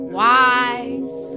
wise